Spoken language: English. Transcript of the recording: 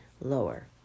lower